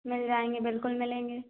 मिल जाएँगे बिल्कुल मिलेंगे